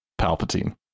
Palpatine